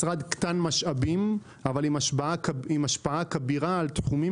משרד קטן משאבים אבל עם השפעה כבירה על תחומים